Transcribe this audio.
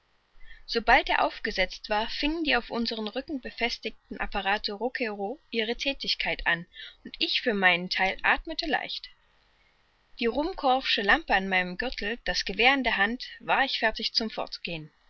sobald er aufgesetzt war singen die auf unseren rücken befestigten apparate rouquayrol ihre thätigkeit an und ich für meinen theil athmete leicht die ruhmkorff'sche lampe an meinem gürtel das gewehr in der hand war ich fertig zum